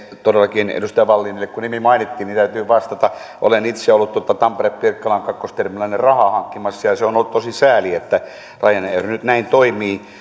todellakin edustaja wallinille kun nimi mainittiin täytyy vastata olen itse ollut tampere pirkkalan kakkosterminaalille rahaa hankkimassa ja ja se on ollut tosi sääli että ryanair nyt näin toimii